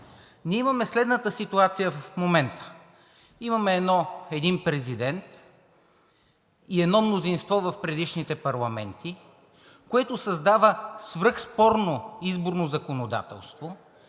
Ние имаме следната ситуация в момента. Имаме един президент и едно мнозинство в предишните парламенти, което създава свръхспорно изборно законодателство,